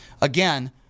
Again